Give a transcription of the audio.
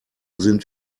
sind